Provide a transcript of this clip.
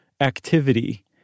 activity